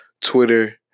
Twitter